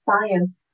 science